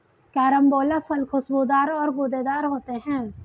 carambola फल खुशबूदार और गूदेदार होते है